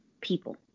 people